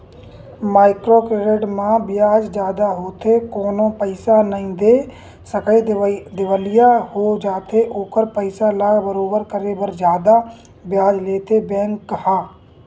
micro credit म बियाज जादा होथे कोनो पइसा नइ दे सकय दिवालिया हो जाथे ओखर पइसा ल बरोबर करे बर जादा बियाज लेथे बेंक ह